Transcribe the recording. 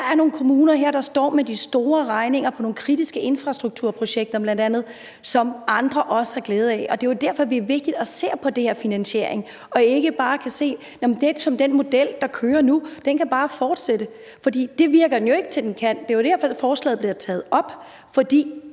Der er nogle kommuner her, der står med de store regninger, bl.a. i forhold til nogle kritiske infrastrukturprojekter, som andre også har glæde af. Og det er jo derfor, det er vigtigt, at vi ser på den her finansiering og ikke bare siger, at den model, der kører nu, bare kan fortsætte. For det virker det jo ikke til at den kan, for det er jo derfor, forslaget bliver taget op,